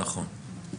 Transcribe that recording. נכון.